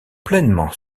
pleinement